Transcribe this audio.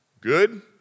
Good